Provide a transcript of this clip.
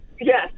Yes